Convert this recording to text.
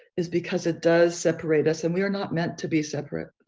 is because it does separate us. and we are not meant to be separate,